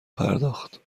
پرداخت